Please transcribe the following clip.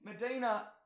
Medina